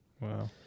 Wow